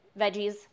veggies